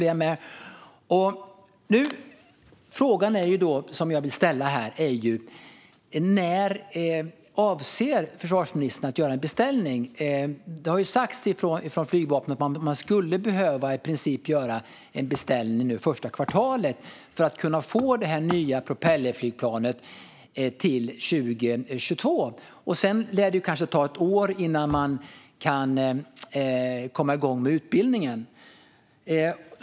En fråga jag vill ställa här är när försvarsministern avser att göra en beställning. Flygvapnet har ju sagt att man i princip skulle behöva göra en beställning nu, första kvartalet i år, för att kunna få det nya propellerflygplanet till 2022. Sedan tar det kanske ett år innan man kan komma igång med utbildningen.